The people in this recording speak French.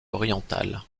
orientale